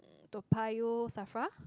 Toa-Payoh Safra